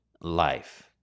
life